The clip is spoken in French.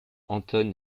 anton